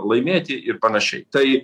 laimėti ir panašiai tai